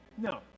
No